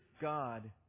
God